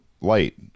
light